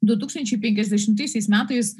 du tūkstančiai penkiasdešimtaisiais metais